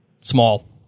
Small